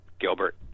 Gilbert